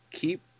keep